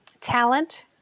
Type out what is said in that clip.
talent